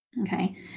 okay